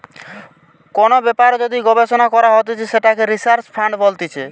কোন ব্যাপারে যদি গবেষণা করা হতিছে সেটাকে রিসার্চ ফান্ড বলতিছে